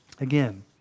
Again